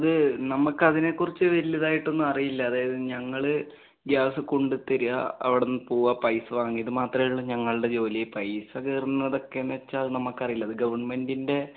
അത് നമുക്കതിനെക്കുറിച്ചു വലുതായിട്ടൊന്നും അറിയില്ല അതായത് ഞങ്ങള് ഗ്യാസ് കൊണ്ടുത്തരിക അവിടെനിന്നു പോവുക പൈസ വാങ്ങിയിത് മാത്രമേ ഉള്ളു ഞങ്ങളുടെ ജോലി പൈസ കയറുന്നതൊക്കെ എന്നുവച്ചാല് അത് നമ്മള്ക്കറിയില്ല അത് ഗവൺമെന്റിൻ്റെ